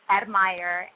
admire